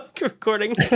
recording